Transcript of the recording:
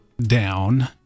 down